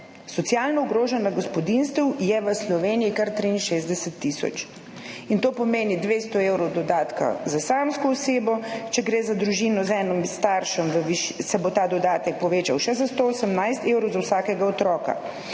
Socialno ogroženih gospodinjstev je v Sloveniji ker 63 tisoč. To pomeni 200 evrov dodatka za samsko osebo, če gre za družino z enim staršem, se bo ta dodatek povečal še za 118 evrov za vsakega otroka